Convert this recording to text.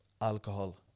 alcohol